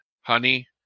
honey